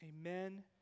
amen